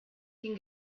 can